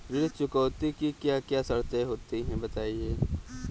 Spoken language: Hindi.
ऋण चुकौती की क्या क्या शर्तें होती हैं बताएँ?